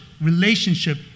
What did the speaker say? relationship